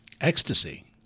Ecstasy